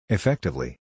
Effectively